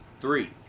three